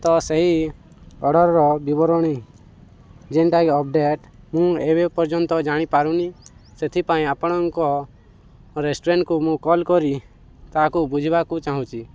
ତ ସେହି ଅର୍ଡ଼ରର ବିବରଣୀ ଯେନ୍ଟା କ ଅପଡ଼େଟ୍ ମୁଁ ଏବେ ପର୍ଯ୍ୟନ୍ତ ଜାଣି ପାରୁନି ସେଥିପାଇଁ ଆପଣଙ୍କ ରେଷ୍ଟୁରାଣ୍ଟକୁ ମୁଁ କଲ୍ କରି ତାହାକୁ ବୁଝିବାକୁ ଚାହୁଁଛି